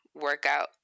workout